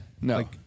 No